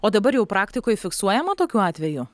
o dabar jau praktikoj fiksuojama tokių atvejų